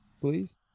please